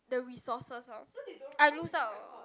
the resources orh I lose out uh